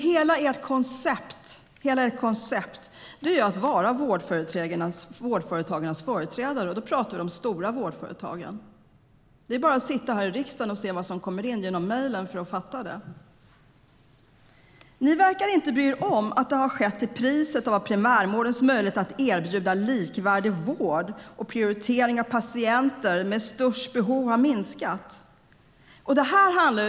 Hela ert koncept är att vara vårdföretagarnas företrädare, och då talar vi om de stora vårdföretagen. Det är bara att sitta här i riksdagen och se vad som kommer in genom mejlen för att förstå det. Ni verkar inte bry er om att det har skett till priset av att primärvårdens möjlighet att erbjuda likvärdig vård och prioritering av patienter med störst behov har minskat.